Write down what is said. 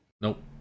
Nope